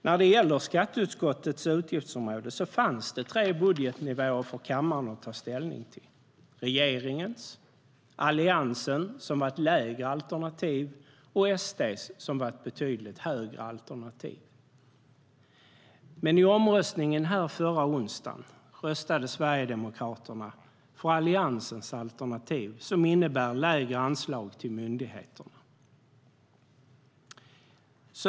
När det gäller skatteutskottets utgiftsområde fanns tre budgetnivåer för kammaren att ta ställning till: regeringens, Alliansens lägre alternativ och Sverigedemokraternas alternativ som var betydligt högre.I omröstningen här förra onsdagen röstade Sverigedemokraterna för Alliansens alternativ som innebär lägre anslag till myndigheterna.